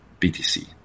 BTC